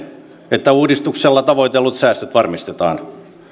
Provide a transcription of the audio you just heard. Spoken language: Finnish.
että uudistuksella tavoitellut säästöt varmistetaan